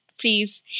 please